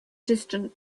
distant